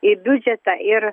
į biudžetą ir